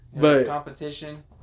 competition